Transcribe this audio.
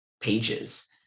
pages